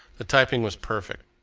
the typing was perfect.